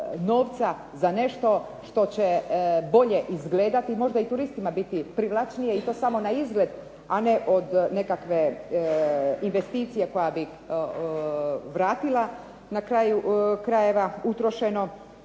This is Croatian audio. za nešto što će bolje izgledati, možda i turistima biti privlačnije i to samo na izgled, a ne od nekakve investicije koja bi vratila na kraju krajeva utrošeno.